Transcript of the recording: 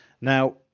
Now